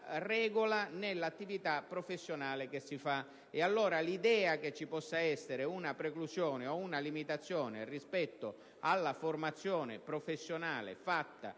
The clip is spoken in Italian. regola nell'attività professionale. L'idea che ci possa essere una preclusione o una limitazione rispetto alla formazione professionale fatta